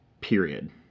Period